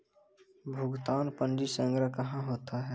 भुगतान पंजी संग्रह कहां होता हैं?